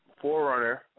forerunner